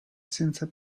senza